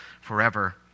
forever